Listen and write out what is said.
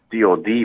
DOD